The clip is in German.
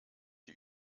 die